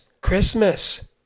Christmas